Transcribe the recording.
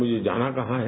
मुझे जाना कहां है